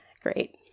great